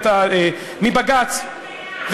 מבג"ץ,